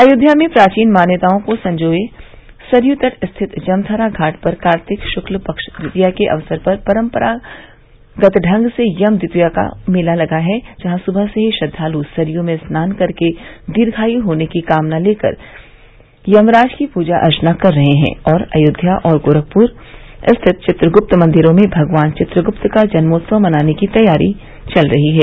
अयोध्या में प्राचीन मान्यताओं को संजोये सरयू तट स्थित जमथरा घाट पर कार्तिक शुक्ल पक्ष द्वितिया के अवसर पर परम्परागत ढंग से यम् द्वितिया का मेला लगा है जहाँ सुबह से ही श्रद्वालु सरयू में स्नान कर दीर्घायु होने की कामना लेकर यमराज की पूजा अर्चना कर रहे हैं और अयोध्या और गोरखपुर स्थिति चित्रगुप्त मंदिरों में भगवान चित्रगुप्त का जन्मोत्सव मनाने की तैयारी चल रही है